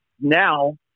now –